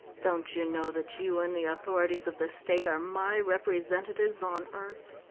don't you know that you and the authorities of the state are my representatives on earth?